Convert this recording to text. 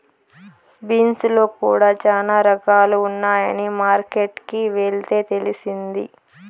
beans లో కూడా చానా రకాలు ఉన్నాయని మార్కెట్ కి వెళ్తే తెలిసింది